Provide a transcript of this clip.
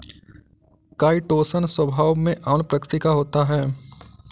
chitosan स्वभाव में अम्ल प्रकृति का होता है